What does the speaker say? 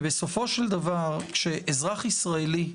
ובסופו של דבר, כשאזרח ישראלי,